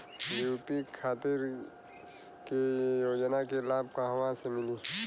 UP खातिर के योजना के लाभ कहवा से मिली?